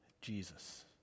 Jesus